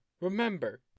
Remember